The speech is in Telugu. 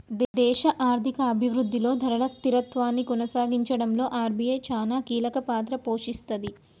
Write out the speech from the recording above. దేశ ఆర్థిక అభిరుద్ధిలో ధరల స్థిరత్వాన్ని కొనసాగించడంలో ఆర్.బి.ఐ చానా కీలకపాత్ర పోషిస్తది